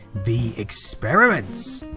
the experiments.